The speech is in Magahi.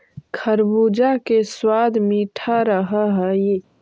खरबूजा के सबाद मीठा रह हई